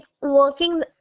working